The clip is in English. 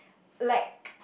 like